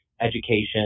education